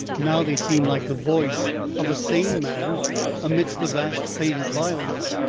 now they seem like the voice of a sane man amidst a vast faded violence.